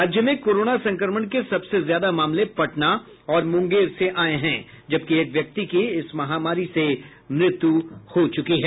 राज्य में कोरोना संक्रमण के सबसे ज्यादा मामले पटना और मुंगेर से आये हैं जबकि एक व्यक्ति की इस महामारी से मृत्यु हुई है